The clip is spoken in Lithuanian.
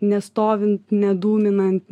nestovint nedūminant